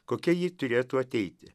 kokia ji turėtų ateiti